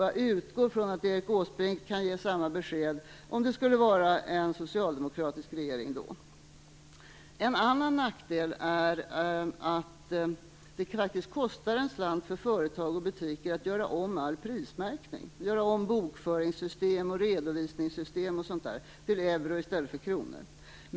Jag utgår från att Erik Åsbrink kan ge samma besked för det fall att det då skulle vara en socialdemokratisk regering. En annan nackdel är att det faktiskt kostar en slant för företag och butiker att göra om all prismärkning, bokförings och redovisningssystem osv. till euro i stället för kronor.